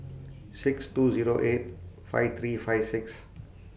six two Zero eight five three five six